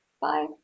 Bye